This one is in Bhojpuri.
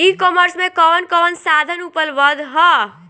ई कॉमर्स में कवन कवन साधन उपलब्ध ह?